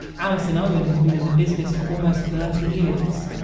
alison owen has been in the business for almost thirty years.